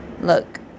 Look